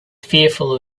fearful